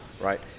right